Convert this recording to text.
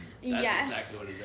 Yes